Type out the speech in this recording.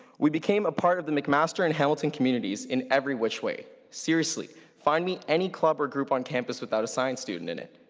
we became a part of the mcmaster and hamilton communities in every which way. seriously, find me any club or group on campus without a science student in it.